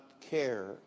care